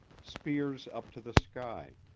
spears up to the sky,